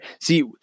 see